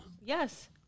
Yes